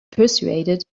persuaded